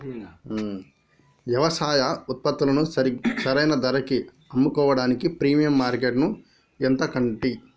యవసాయ ఉత్పత్తులను సరైన ధరకి అమ్ముకోడానికి ప్రీమియం మార్కెట్లను ఎతకండి